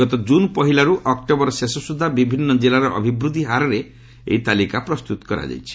ଗତ ଜୁନ୍ ପହିଲାରୁ ଅକ୍ଟୋବର ଶେଷ ସୁଦ୍ଧା ବିଭିନ୍ନ ଜିଲ୍ଲାର ଅଭିବୃଦ୍ଧି ହାରରେ ଏହି ତାଲିକା ପ୍ରସ୍ତୁତ ହୋଇଛି